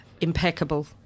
impeccable